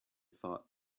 thought